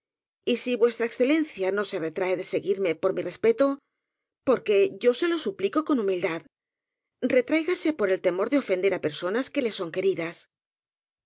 ser y si v e no se retrae de seguirme por mi respeto porque yo se lo suplico con humildad retráigase por el temor de ofender á personas que le son queridas